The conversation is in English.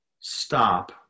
stop